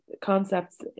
concepts